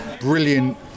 brilliant